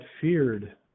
feared